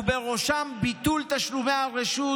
ובראשם ביטול תשלומי הרשות,